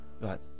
right